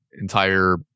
entire